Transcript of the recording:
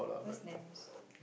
what's Nams